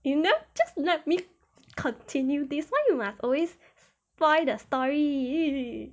you know just let me continue this one you must always find the story